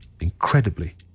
Incredibly